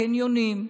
הקניונים,